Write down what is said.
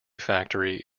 factory